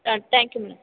um thank you madam